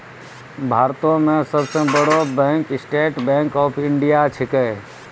भारतो मे सब सं बड़ो bank State Bank of India छिकै